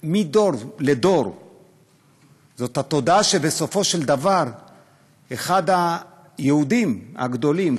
מדור לדור זאת התודעה שבסופו של דבר לפיה אחד היהודים הגדולים,